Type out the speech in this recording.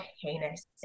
heinous